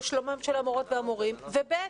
לשלומם של המורות והמורים, ו-ב.